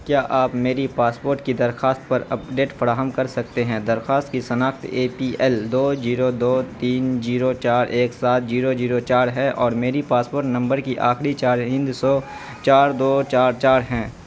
کیا آپ میری پاسپورٹ کی درخواست پر اپڈیٹ فراہم کر سکتے ہیں درخواست کی شناخت اے پی ایل دو زیرو دو تین زیرو چار ایک سات زیرو زیرو چار ہے اور میری پاسپورٹ نمبر کی آخری چار ہندسوں چار دو چار چار ہیں